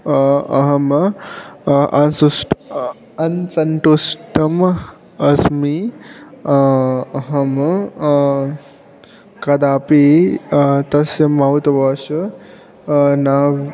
अहम् अन्सुष्ट् अन्सन्टुष्टम् अस्मि अहं कदापी तस्य मौत् वाश् न